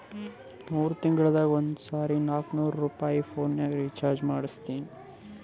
ಮೂರ್ ತಿಂಗಳಿಗ ಒಂದ್ ಸರಿ ನಾಕ್ನೂರ್ ರುಪಾಯಿದು ಪೋನಿಗ ರೀಚಾರ್ಜ್ ಮಾಡ್ತೀನಿ